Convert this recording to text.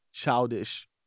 childish